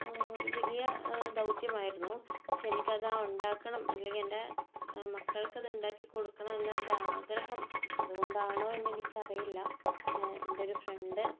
ഒരു വലിയ ദൗത്യമായിരുന്നു പക്ഷെ എനിക്ക് അത് ഉണ്ടാക്കണം അല്ലെങ്കിൽ എൻ്റെ മക്കൾക്ക് അത് ഉണ്ടാക്കി കൊടുക്കണം എന്ന് എൻ്റെ ആഗ്രഹം അത് കൊണ്ടാണോ എന്ന് എനിക്ക് അറിയില്ല എൻ്റെ ഒരു ഫ്രണ്ട്